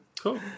Cool